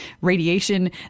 radiation